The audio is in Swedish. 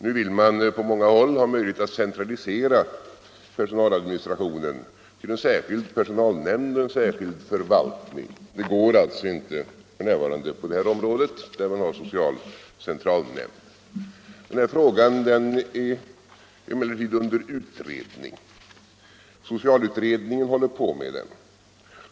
Nu vill man på många håll ha möjlighet att centralisera personaladministrationen till en särskild personalnämnd eller förvaltning. Det går alltså inte f. n. på det här området, där man har social centralnämnd. Den här frågan är emellertid under utredning. Socialutredningen arbetar med den.